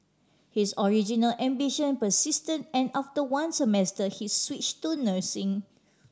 his original ambition persisted and after one semester he switch to nursing